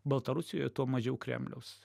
baltarusijoje tuo mažiau kremliaus